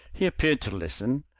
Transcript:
he appeared to listen,